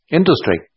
industry